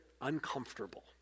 uncomfortable